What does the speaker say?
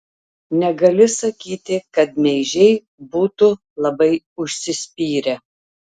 negali sakyti kad meižiai būtų labai užsispyrę